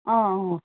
অ অ